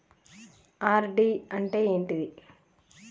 RD అంటే ఏంటిది?